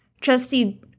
Trustee